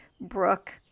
Brooke